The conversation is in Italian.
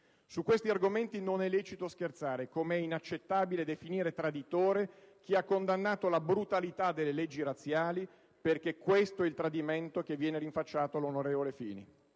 Su questi argomenti non è lecito scherzare, com'è inaccettabile definire traditore chi ha condannato la brutalità delle leggi razziali (perché questo è il tradimento che viene rinfacciato all'onorevole